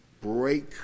break